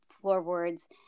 floorboards